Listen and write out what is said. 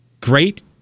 Great